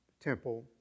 temple